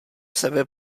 sebe